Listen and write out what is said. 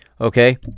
okay